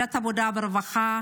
בוועדת העבודה והרווחה,